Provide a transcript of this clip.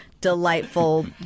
delightful